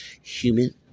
human